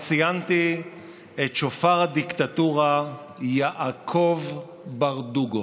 וציינתי את שופר הדיקטטורה יעקב ברדוגו.